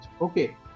okay